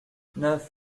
neuf